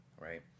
Right